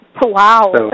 Wow